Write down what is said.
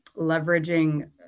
leveraging